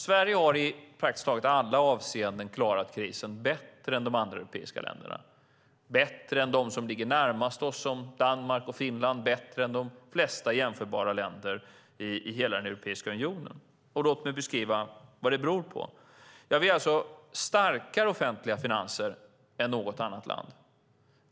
Sverige har i praktiskt taget alla avseenden klarat krisen bättre än de andra europeiska länderna, bättre än dem som ligger närmast oss, som Danmark och Finland och bättre än de flesta jämförbara länder i hela Europeiska unionen. Låt mig beskriva vad det beror på! Ja, vi har alltså starkare offentliga finanser än något annat land.